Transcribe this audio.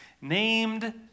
named